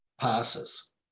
passes